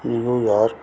New York